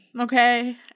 okay